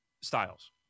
Styles